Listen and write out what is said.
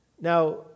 Now